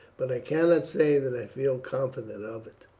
but i cannot say that i feel confident of it.